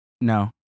No